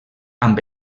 amb